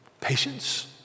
patience